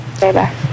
Bye-bye